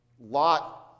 Lot